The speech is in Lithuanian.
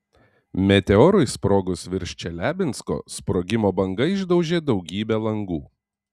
meteorui sprogus virš čeliabinsko sprogimo banga išdaužė daugybę langų